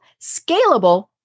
scalable